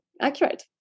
accurate